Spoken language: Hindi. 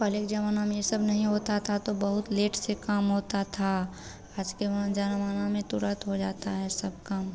पहले के ज़माना में यह सब होता था तो बहुत लेट से काम होता था आज के ज़माना में तुरन्त हो जाता है सब काम